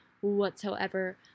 whatsoever